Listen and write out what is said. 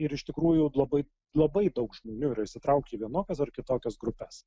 ir iš tikrųjų labai labai daug žmonių yra įsitraukę į vienokias ar kitokias grupes